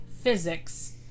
physics